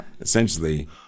essentially